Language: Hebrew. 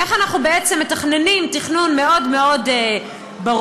איך אנחנו בעצם עושים תכנון מאוד מאוד ברור,